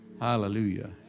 Hallelujah